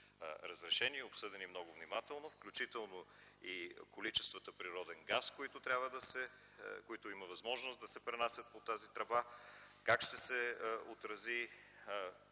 обсъдени много внимателно, включително и количествата природен газ, които има възможност да се пренасят по тази тръба, как ще се отрази